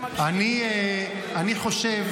אני חושב